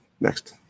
Next